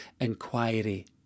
inquiry